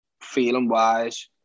feeling-wise